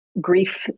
grief